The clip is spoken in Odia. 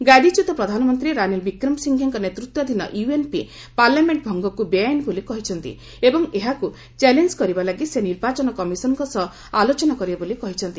ଗାଦିଚ୍ୟୁତ ପ୍ରଧାନମନ୍ତ୍ରୀ ରାନୀଲ୍ ବିକ୍ରମାସିଫ୍ଟେଙ୍କ ନେତୃତ୍ୱାଧୀନ ୟୁଏନ୍ପି ପାର୍ଲାମେଣ୍ଟ ଭଙ୍ଗକୁ ବେଆଇନ ବୋଲି କହିଛନ୍ତି ଏବଂ ଏହାକୁ ଚ୍ୟାଲେଞ୍ଜ୍ କରିବା ଲାଗି ସେ ନିର୍ବାଚନ କମିଶନ୍ଙ୍କ ସହ ଆଲୋଚନା କରିବେ ବୋଲି କହିଛନ୍ତି